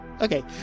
Okay